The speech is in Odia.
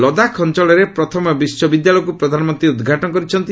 ଲଦାଖ୍ ଅଞ୍ଚଳରେ ପ୍ରଥମ ବିଶ୍ୱବିଦ୍ୟାଳୟକ୍ତ ପ୍ରଧାନମନ୍ତ୍ରୀ ଉଦ୍ଘାଟନ କରିଛନ୍ତି